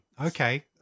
okay